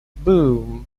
boom